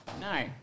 No